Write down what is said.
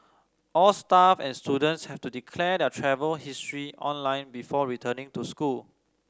all staff and students have to declare their travel history online before returning to school